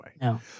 No